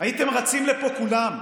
הייתם רצים לפה כולם,